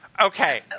Okay